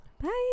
Bye